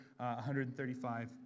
135